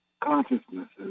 consciousnesses